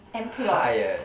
employed